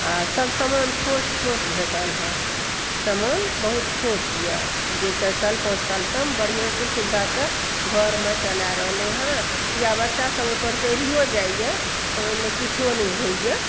आ सभ समान ठोस ठोस भेटल हँ समान बहुत ठोस यऽ जे चारि साल पांच साल हम बढिआँसँ सुविधासँ घरमे चलाए रहलहुँ हँ वा बच्चा सभ ओहिपर चढ़ियो जाइए तऽ ओहिमे किछु नहि होयए